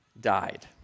died